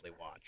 watch